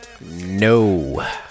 No